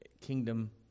kingdom